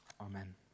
Amen